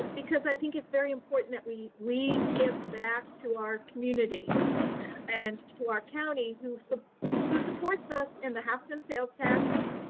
like because i think it's very important that we we give back to our communities and to our county who so who supports us in the half cent sales tax,